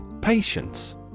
Patience